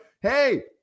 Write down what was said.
hey